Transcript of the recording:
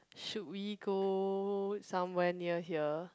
should we go somewhere near here